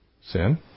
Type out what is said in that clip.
sin